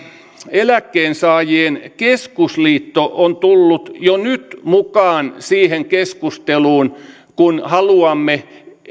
eläkkeensaajien keskusliitto on tullut jo nyt mukaan siihen keskusteluun kun haluamme